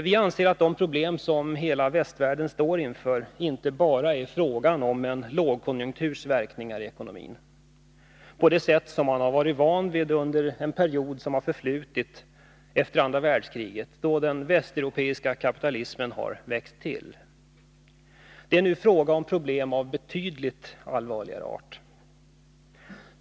Vi anser att de problem som hela västvärlden står inför inte bara är att hänföra till en lågkonjunkturs verkningar i ekonomin, på det sätt som man har varit van vid under den period som har förflutit efter andra världskriget, under den västeuropeiska kapitalismens tillväxt. Det är nu fråga om problem av betydligt allvarligare art.